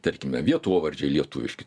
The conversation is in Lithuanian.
tarkime vietovardžiai lietuviški